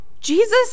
Jesus